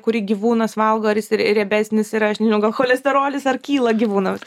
kurį gyvūnas valgo ar jis riebesnis yra aš nežinau gal cholesterolis ar kyla gyvūnams